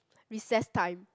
recess time